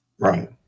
Right